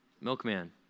Milkman